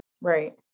Right